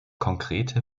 konkrete